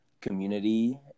community